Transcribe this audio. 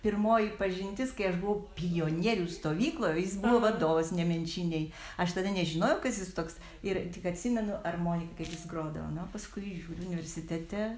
pirmoji pažintis kai aš buvau pionierių stovykloj o jis buvo vadovas nemenčinėj aš tada nežinojau kas jis toks ir tik atsimenu armonika kaip jis grodavo na o paskui žiūriu universitete